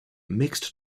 mixed